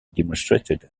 demonstrated